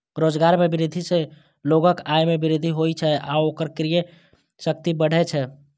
रोजगार मे वृद्धि सं लोगक आय मे वृद्धि होइ छै आ ओकर क्रय शक्ति बढ़ै छै